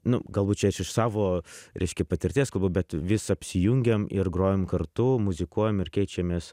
nu galbūt čia aš iš savo reiškia patirties kalbu bet vis apsijungiam ir grojam kartu muzikuojam ir keičiamės